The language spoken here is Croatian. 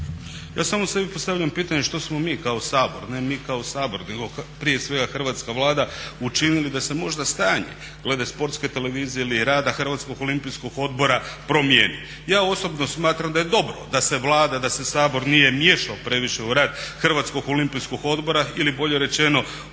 Ja samo sebi postavljam pitanje što smo mi kao Sabor, ne mi kao Sabor nego prije svega Hrvatska Vlada učinili da se možda stanje glede Sportske televizije ili rada Hrvatskog olimpijskoj odbora promijeni. Ja osobno smatram da je dobro da se Vlada, da se Sabor nije miješao previše u rad Hrvatskog olimpijskog odbora ili bolje rečeno u